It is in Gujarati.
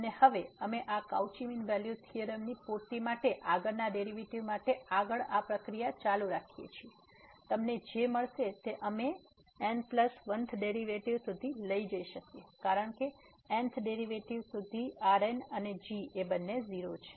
અને હવે અમે આ કાઉચી મીન વેલ્યુ થીયોરમ ની પૂર્તિ માટે આગળના ડેરિવેટિવ માટે આગળ આ પ્રક્રિયા ચાલુ રાખી શકીએ છીએ તમને જે મળશે તે અમે n 1th ડેરિવેટિવ સુધી જઈ શકીએ છીએ કારણ કે n th ડેરિવેટિવ સુધી Rn અને g બંને 0 છે